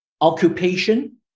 occupation